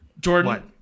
Jordan